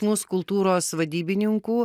mus kultūros vadybininkų